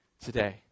today